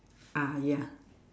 ah ya